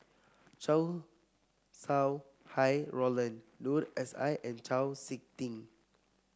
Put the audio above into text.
Chow Sau Hai Roland Noor S I and Chau SiK Ting